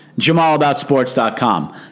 JamalAboutSports.com